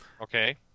Okay